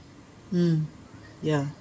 um yeah